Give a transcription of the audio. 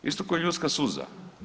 Isto kao i ljudska suza.